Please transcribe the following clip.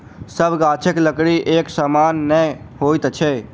सभ गाछक लकड़ी एक समान नै होइत अछि